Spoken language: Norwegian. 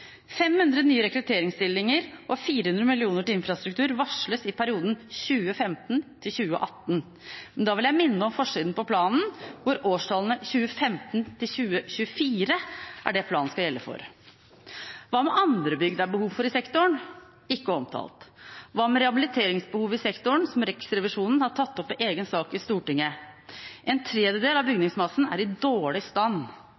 500 nye rekrutteringsstillinger og 400 mill. kr til infrastruktur varsles i perioden 2015–2018. Men da vil jeg minne om forsiden på planen, hvor årstallene 2015–2024 er det planen skal gjelde for. Hva med andre bygg det er behov for i sektoren? De er ikke omtalt. Hva med rehabiliteringsbehovet i sektoren, som Riksrevisjonen har tatt opp som egen sak i Stortinget? En tredjedel av bygningsmassen er i dårlig stand,